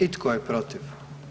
I tko je protiv?